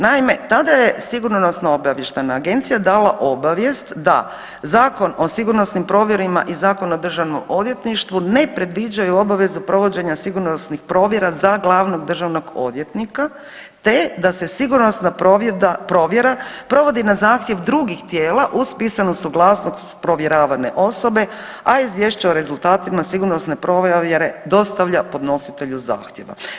Naime, tada je SOA dala obavijest da Zakon o sigurnosnim provjerama i Zakon o državnom odvjetništvu ne predviđaju obavezu provođenja sigurnosnih provjera za glavnog državnog odvjetnika, te da se sigurnosna provjera provodi na zahtjev drugih tijela uz pisanu suglasnost provjeravane osobe, a izvješće o rezultatima sigurnosne provjere dostavlja podnositelju zahtjeva.